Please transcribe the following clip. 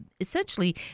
essentially